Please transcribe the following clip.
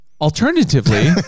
Alternatively